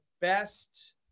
best